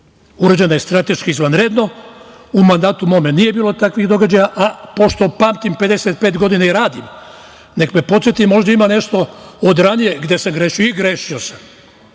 Urađena je strateški izvanredno, u mandatu mome, nije bilo takvih događaja, a pošto pamtim 55 godina i radim, nek me podseti, možda ima nešto od ranije gde sam grešio, i grešio